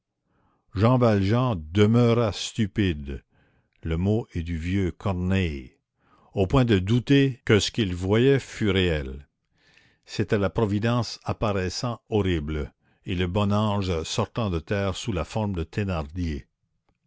jean valjean demeura stupide le mot est du vieux corneille au point de douter que ce qu'il voyait fût réel c'était la providence apparaissant horrible et le bon ange sortant de terre sous la forme de thénardier